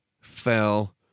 fell